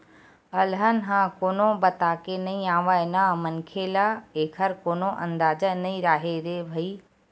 अलहन ह कोनो बताके नइ आवय न मनखे ल एखर कोनो अंदाजा नइ राहय रे भई